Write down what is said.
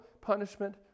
punishment